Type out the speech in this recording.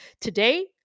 Today